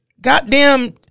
Goddamn